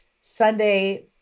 Sunday